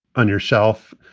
on your shelf.